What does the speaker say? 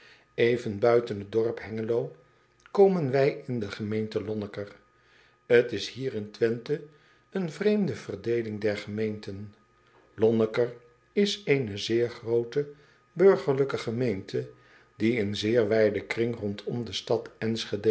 ven buiten het dorp engelo komen wij in de gemeente o n n e k e r t s hier in wenthe een vreemde verdeeling der gemeenten onneker is eene zeer groote burgerlijke gemeente die in zeer wijden kring rondom de stad